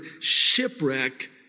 shipwreck